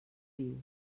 riu